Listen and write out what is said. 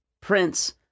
prince